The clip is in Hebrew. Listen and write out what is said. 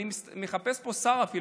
אני מחפש פה שר, אפילו.